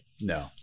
No